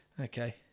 Okay